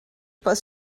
pas